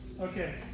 Okay